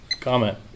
comment